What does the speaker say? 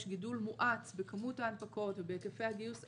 גידול מואץ בכמות ההנפקות ובהיקפי הגיוס.